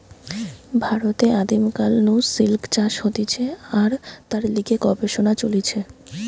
ভারতে আদিম কাল নু সিল্ক চাষ হতিছে আর তার লিগে গবেষণা চলিছে